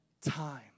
time